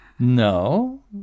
No